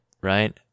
right